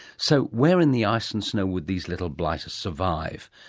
so where in the ice and snow would these little blighters survive?